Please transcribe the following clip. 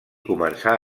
començar